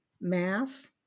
mass